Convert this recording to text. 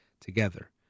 together